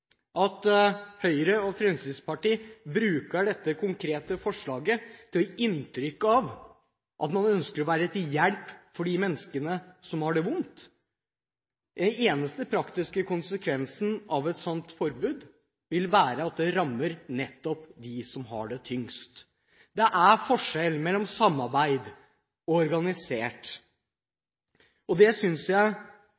at Høyre og Fremskrittspartiet bruker dette konkrete forslaget til å gi inntrykk av at man ønsker å være til hjelp for de menneskene som har det vondt. Den eneste praktiske konsekvensen av et sånt forbud vil være at det rammer nettopp dem som har det tyngst. Det er forskjell mellom samarbeid og å være organisert,